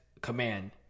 command